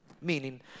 Meaning